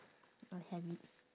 I have it